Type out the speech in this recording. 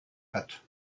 hat